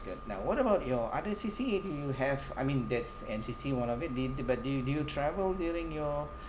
good now what about your other C_C_A do you have I mean that's and C_C_A one of it do you but do you do you travel during your